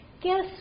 Guess